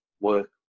work